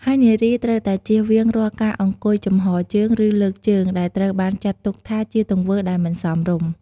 ហើយនារីត្រូវតែជៀសវាងរាល់ការអង្គុយចំហរជើង ឬលើកជើង ដែលត្រូវបានចាត់ទុកថាជាទង្វើដែលមិនសមរម្យ។